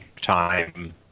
time